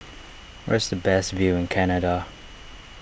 where is the best view in Canada